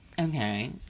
Okay